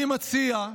אני מציע,